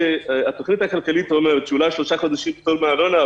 התוכנית הכלכלית קובעת שאולי יינתן במשך שלושה חודשים פטור מארנונה,